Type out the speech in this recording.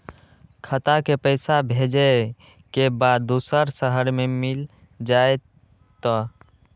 खाता के पईसा भेजेए के बा दुसर शहर में मिल जाए त?